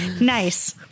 Nice